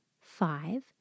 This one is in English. five